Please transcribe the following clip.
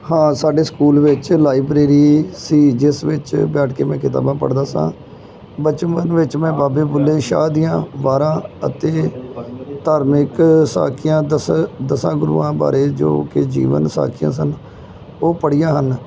ਹਾਂ ਸਾਡੇ ਸਕੂਲ ਵਿੱਚ ਲਾਈਬ੍ਰੇਰੀ ਸੀ ਜਿਸ ਵਿੱਚ ਬੈਠ ਕੇ ਮੈਂ ਕਿਤਾਬਾਂ ਪੜ੍ਹਦਾ ਸਾਂ ਬਚਪਨ ਵਿੱਚ ਮੈਂ ਬਾਬੇ ਬੁੱਲੇ ਸ਼ਾਹ ਦੀਆਂ ਵਾਰਾਂ ਅਤੇ ਧਾਰਮਿਕ ਸਾਖੀਆਂ ਦਸ ਦਸਾਂ ਗੁਰੂਆਂ ਬਾਰੇ ਜੋ ਕਿ ਜੀਵਨ ਸਾਖੀਆਂ ਸਨ ਉਹ ਪੜ੍ਹੀਆ ਹਨ